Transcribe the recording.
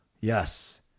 Yes